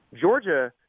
Georgia